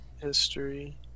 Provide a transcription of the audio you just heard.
History